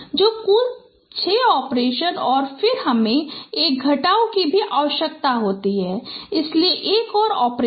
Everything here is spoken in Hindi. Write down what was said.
तो कुल 6 ऑपरेशन और फिर हमें एक घटाव की भी आवश्यकता होती है इसलिए एक और ऑपरेशन